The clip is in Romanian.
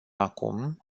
acum